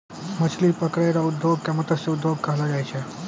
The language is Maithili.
मछली पकड़ै रो उद्योग के मतस्य उद्योग कहलो जाय छै